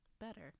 better